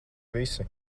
visi